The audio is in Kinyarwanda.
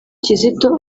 kizito